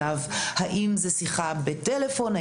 האם זאת שיחת טלפון ,